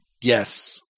yes